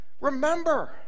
remember